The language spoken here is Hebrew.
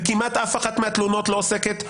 וכמעט אף אחת מהתלונות לא עוסקת,